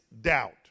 doubt